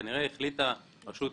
כנראה החליטה רשות